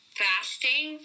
fasting